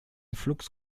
flux